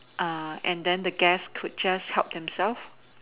err and then the guest could just help themselves